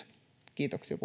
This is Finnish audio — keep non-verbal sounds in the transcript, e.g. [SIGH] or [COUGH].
kiitoksia [UNINTELLIGIBLE]